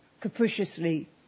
capriciously